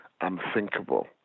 unthinkable